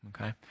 okay